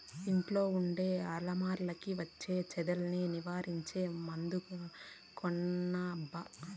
ఇంట్లో ఉండే అరమరలకి వచ్చే చెదల్ని నివారించే మందు కొనబ్బా